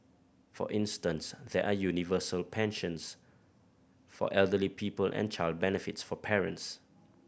for instance there are universal pensions for elderly people and child benefits for parents